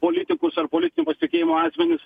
politikus ar politinių pasitikėjimų asmenis